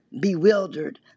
bewildered